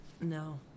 no